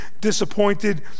disappointed